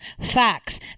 facts